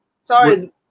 Sorry